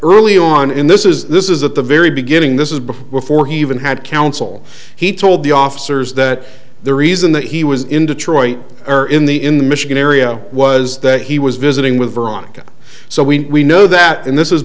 early on in this is this is at the very beginning this is before before he even had counsel he told the officers that the reason that he was in detroit or in the in the michigan area was that he was visiting with veronica so we know that and this